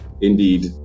indeed